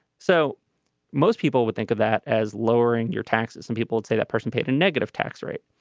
so most people would think of that as lowering your taxes some people would say that person paid a negative tax rate.